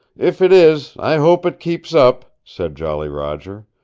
if it is, i hope it keeps up, said jolly roger.